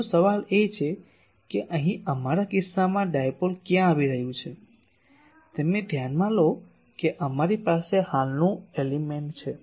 પરંતુ સવાલ એ છે કે અહીં અમારા કિસ્સામાં ડાયાપોલ ક્યાં આવી રહ્યું છે તમે ધ્યાનમાં લો કે અમારી પાસે હાલનું એલિમેન્ટ છે